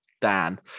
Dan